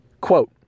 Quote